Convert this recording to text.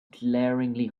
glaringly